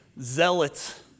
zealots